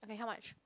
okay how much